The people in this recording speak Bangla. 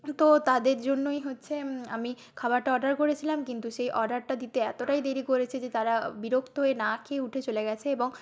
তো তাদের জন্যই হচ্ছে আমি খাবারটা অর্ডার করেছিলাম কিন্তু সেই অর্ডারটা দিতে এতটাই দেরি করেছে যে তারা বিরক্ত হয়ে না খেয়ে উঠে চলে গেছে এবং